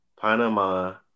Panama